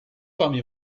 parmi